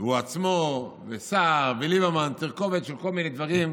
והוא עצמו וסער וליברמן, תרכובת של כל מיני דברים,